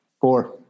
Four